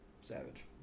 Savage